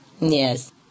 yes